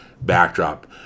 backdrop